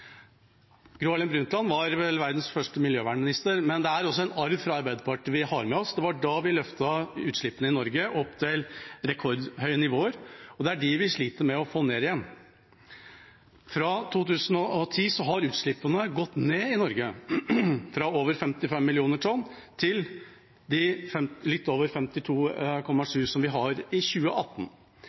Gro Harlem Brundtland var vel verdens første miljøvernminister, men det er også en arv fra Arbeiderpartiet vi har med oss. Det var da vi løftet utslippene i Norge opp til rekordhøye nivåer, og det er dem vi sliter med å få ned igjen. Fra 2010 har utslippene i Norge gått ned, fra over 55 millioner tonn til litt over 52,7 millioner tonn i 2018. Ja, det var en liten vekst i 2018,